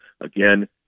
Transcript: Again